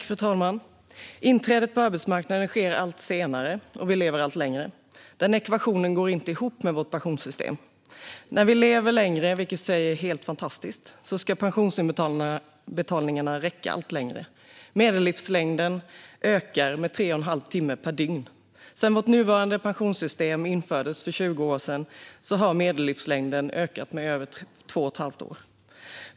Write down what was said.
Fru talman! Inträdet på arbetsmarknaden sker allt senare, och vi lever allt längre. Den ekvationen går inte ihop med vårt pensionssystem. När vi lever längre, vilket i sig är helt fantastiskt, ska pensionsinbetalningarna räcka allt längre. Medellivslängden ökar med tre och en halv timme per dygn. Sedan vårt nuvarande pensionssystem infördes för 20 år sedan har medellivslängden ökat med över två och ett halvt år.